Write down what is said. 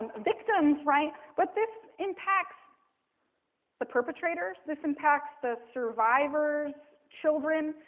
ah victims, right? but this impacts the perpetrators, this impacts the survivor's children,